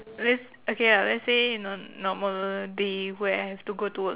let's okay lah let's say know normal day where I have to go to work